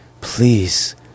please